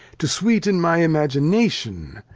to sweeten my imagination.